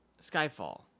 skyfall